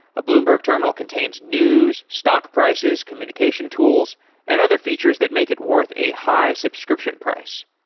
a bloomberg terminal contains news, stock prices, communication tools and other features that make it worth a high subscription price.